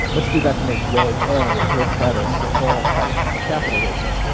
let's do that to make reg a work better for all types of capital raising.